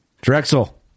Drexel